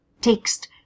text